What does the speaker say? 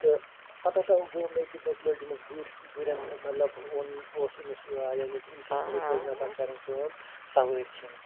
تہٕ پَتہٕ ہسا گوٚو مےٚ تہِ مےٚ تہِ لٲجۍ أمِس گُرس گُریٚن مطلب اوٚن اوس أمِس ٲں یعنے کہِ أمِسٕے گُرِس لٲجۍ مےٚ پَتہٕ کَرٕنۍ کٲم سَوٲرۍ کھیٚنۍ